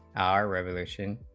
ah revolution